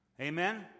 Amen